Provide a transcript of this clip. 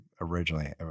originally